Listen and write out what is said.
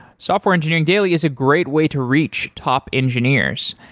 software engineering daily is a great way to reach top engineers.